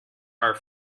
are